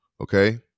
okay